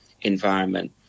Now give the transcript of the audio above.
environment